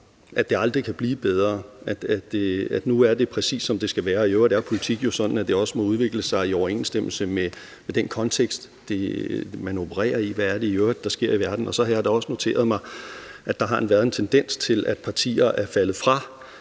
at det aldrig kunne blive bedre, at nu var det, præcis som det skulle være. I øvrigt er politik jo sådan, at den også må udvikle sig i overensstemmelse med den kontekst, man opererer i – altså hvad der i øvrigt sker i verden. Og så har jeg da også noteret mig, at der har været en tendens til, at partier er faldet fra